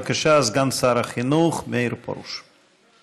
בבקשה, סגן שר החינוך מאיר פרוש.